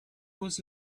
was